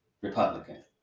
Republican